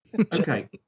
okay